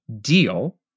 deal